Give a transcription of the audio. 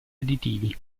additivi